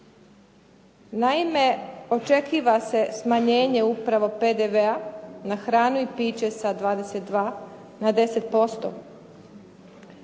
Naime, očekuje se smanjenje upravo PDV-a na hranu i piće sa 22 na 10%.